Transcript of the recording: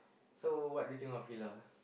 so what do you think of Fila